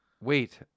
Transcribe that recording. wait